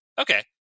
okay